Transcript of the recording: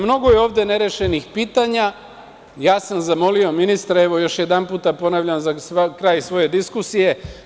Mnogo je ovde nerešenih pitanja, ja sam zamolio ministra, evo još jedanputa ponavljam, za kraj svoje diskusije.